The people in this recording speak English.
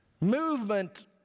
movement